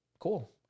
Cool